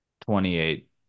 Twenty-eight